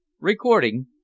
RECORDING